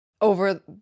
over